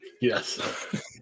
Yes